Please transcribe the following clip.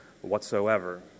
whatsoever